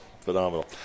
phenomenal